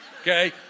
okay